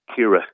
Kira